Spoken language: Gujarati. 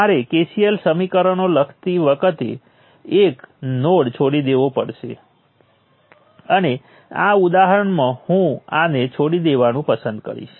આ કિર્ચોફ વોલ્ટેજ લૉના નજીવો ઉપયોગ છે અને અહીં તે V2 માઇનસ V3 છે